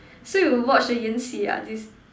so you watch the 延禧 ah this